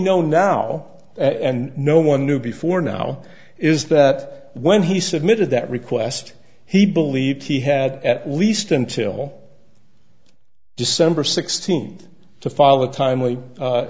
know now and no one knew before now is that when he submitted that request he believed he had at least until december sixteenth to file a timely